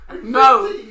no